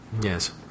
Yes